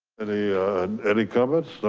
any any comments? no.